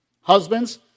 Husbands